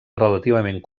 relativament